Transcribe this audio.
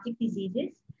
diseases